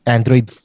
Android